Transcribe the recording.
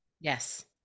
Yes